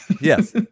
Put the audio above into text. Yes